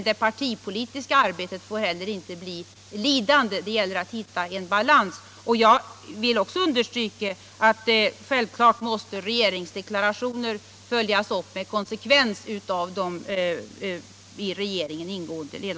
Det parti politiska arbetet får inte bli lidande, men det gäller att hitta den rätta balansen. Givetvis kommer regeringsdeklarationen att följas upp med